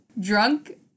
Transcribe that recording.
Drunk